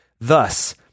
Thus